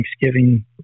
Thanksgiving